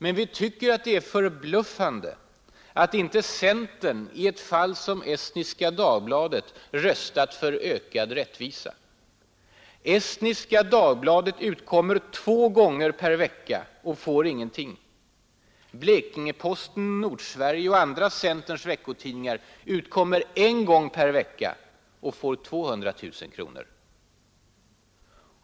Men vi tycker att det är förbluffande att inte centern i ett fall som Estniska Dagbladet röstat för ökad rättvisa. Estniska Dagbladet utkommer två gånger per vecka och får ingenting. Blekinge-Posten , Nord-Sverige och andra av centerns veckotidningar utkommer en gång per vecka och får 200 000 kronor.